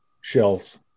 shells